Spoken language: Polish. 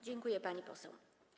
Dziękuję, pani poseł.